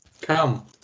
come